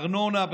ארנונה.